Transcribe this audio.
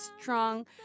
strong